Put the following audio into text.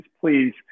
please